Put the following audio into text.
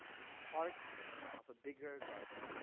is part of a bigger garden